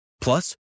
Plus